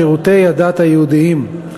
שירותי הדת היהודיים.